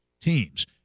teams